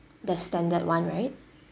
the standard [one] right